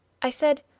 i said,